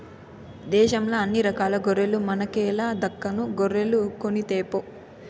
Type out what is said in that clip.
దేశంల అన్ని రకాల గొర్రెల మనకేల దక్కను గొర్రెలు కొనితేపో